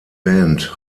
band